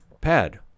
Pad